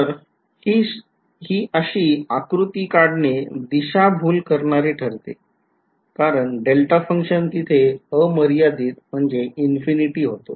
तर ही अशी आकृती काढणे दिशाभूल करणारे ठरते कारण डेल्टा function तिथे अमर्यादित होतो